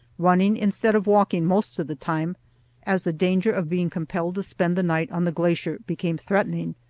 running instead of walking most of the time as the danger of being compelled to spend the night on the glacier became threatening.